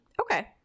Okay